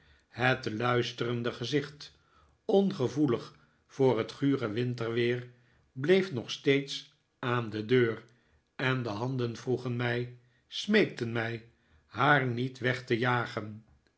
het luisterende gezicht ongevoelig voor het gure winterweer bleef nog steeds aan de deur en de handen vroegen mij smeekten mij haar niet weg te jagen